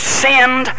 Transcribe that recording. send